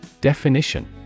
Definition